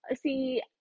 See